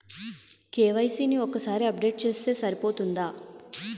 KYC ని ఒక్కసారి update చేస్తే సరిపోతుందా?